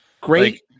great